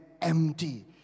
empty